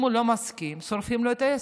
אם הוא לא מסכים שורפים לו את העסק.